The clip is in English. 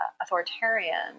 authoritarian